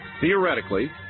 theoretically